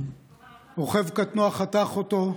רוכב קטנוע חתך אותו,